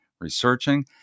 researching